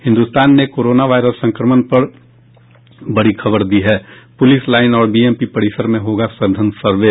हिन्दुस्तान ने corona virus संक्रमण पर बड़ी खबर दी है पुलिसलाइन और बीएमपी परिसर में होगा सघन सर्वे